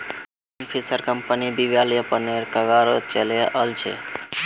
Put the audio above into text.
Kingfisher company दिवालियापनेर कगारत चली ओल छै